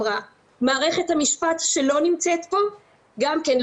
מערכת המשפט שלא נמצאת פה גם כן,